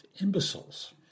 imbeciles